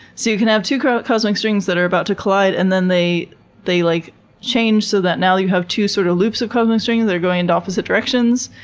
so you can have two cosmic strings that are about to collide, and then they they like change so that now you have two, sort of, loops of cosmic string that are going into opposite directions.